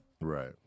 Right